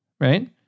Right